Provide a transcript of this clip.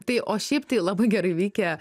tai o šiaip tai labai gerai veikia